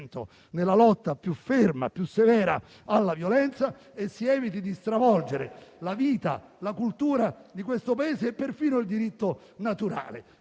nella lotta più ferma, più severa alla violenza e si eviti di stravolgere la vita e la cultura di questo Paese e perfino il diritto naturale.